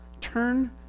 Turn